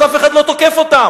אז אף אחד לא תוקף אותם.